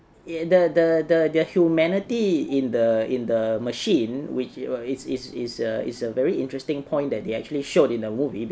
the the the their humanity in the in the machine which it it is is a is a very interesting point that they actually showed in a movie